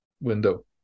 window